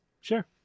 Sure